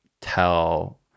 tell